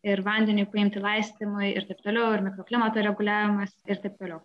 ir vandenį paimti laistymui ir taip toliau ir mikroklimato reguliavimas ir taip toliau